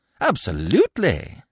absolutely